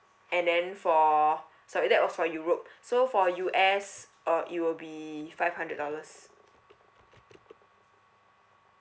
and then for sorry that was for europe so for U_S uh it will be five hundred dollars